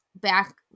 back